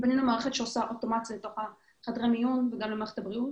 שעושה אוטומציה לתוך חדרי המיון וגם למערכת הבריאות